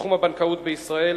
בתחום הבנקאות בישראל.